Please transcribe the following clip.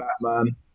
Batman